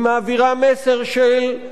היא מעבירה מסר של,